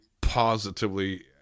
positively